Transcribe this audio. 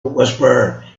whisperer